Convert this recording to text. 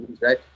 right